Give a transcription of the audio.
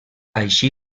així